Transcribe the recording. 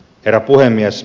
herra puhemies